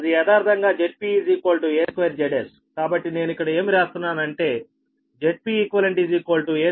అది యదార్ధంగా Zp a2 Zs కాబట్టి నేను ఇక్కడ ఏమి రాస్తున్నానంటే Zpeq a2 Zseq